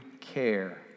care